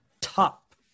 top